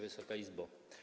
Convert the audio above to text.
Wysoka Izbo!